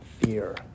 fear